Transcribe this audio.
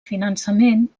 finançament